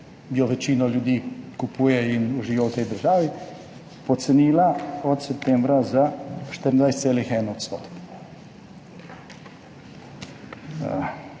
jo večina ljudi kupuje in uživa v tej državi, pocenila od septembra za 24,1 odstotek.